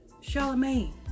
Charlemagne